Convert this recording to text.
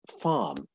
farm